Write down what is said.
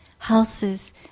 Houses